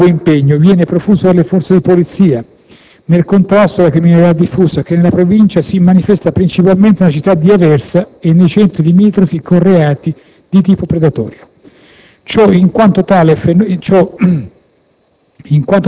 Analogo impegno viene profuso dalle forze di polizia nel contrasto della criminalità diffusa che, nella Provincia, si manifesta principalmente nella città di Aversa e nei centri limitrofi con reati di tipo predatorio.